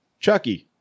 Chucky